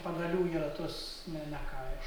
pagalių į ratus ne nekaišo